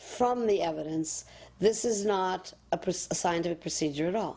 from the evidence this is not a process assigned a procedural